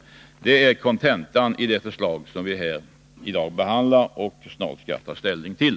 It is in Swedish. Det är kontentan i det förslag som vi i dag behandlar och snart skall ta ställning till.